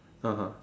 (uh huh)